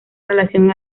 relación